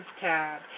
tab